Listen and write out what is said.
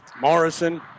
Morrison